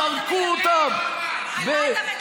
זרקו אותם כמו,